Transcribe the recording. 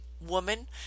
woman